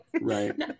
right